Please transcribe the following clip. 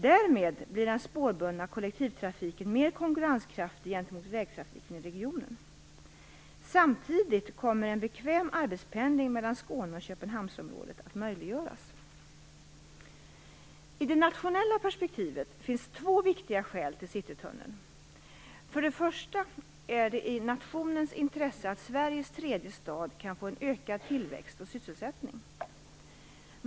Därmed blir den spårbundna kollektivtrafiken mer konkurrenskraftig gentemot vägtrafiken i regionen. Samtidigt kommer en bekväm arbetspendling mellan Skåne och Köpenhamnsområdet att möjliggöras. I det nationella perspektivet finns två viktiga skäl till Citytunneln. För det första är det i nationens intresse att Sveriges tredje stad kan få en ökad tillväxt och sysselsättning.